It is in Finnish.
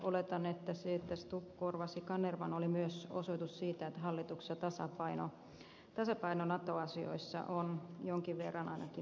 oletan että se että stubb korvasi kanervan oli myös osoitus siitä että hallituksessa tasapaino nato asioissa on jonkin verran ainakin muuttunut